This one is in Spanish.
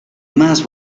más